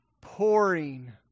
pouring